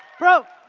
bro!